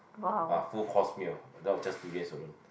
a full course meal not just the durians alone